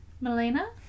Melina